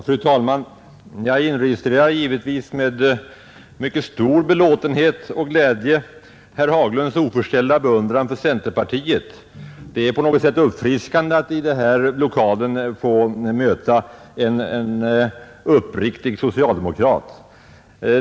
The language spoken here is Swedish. Fru talman! Jag inregistrerar givetvis med mycket stor belåtenhet och glädje herr Haglunds oförställda beundran för centerpartiet. Det är på något sätt uppfriskande att i denna lokal få möta en uppriktig socialdemokrat.